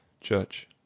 Church